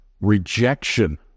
rejection